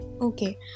Okay